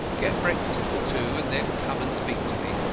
get breakfast for two and then come and speak to me